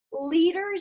leaders